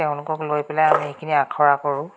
তেওঁলোকক লৈ পেলাই আমি সেইখিনি আখৰা কৰোঁ